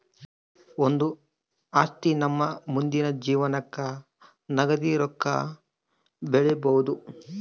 ಒಂದು ಆಸ್ತಿ ನಮ್ಮ ಮುಂದಿನ ಜೀವನಕ್ಕ ನಗದಿ ರೊಕ್ಕ ಬೆಳಿಬೊದು